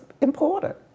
important